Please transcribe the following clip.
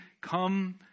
come